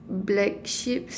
black sheeps